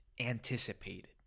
anticipated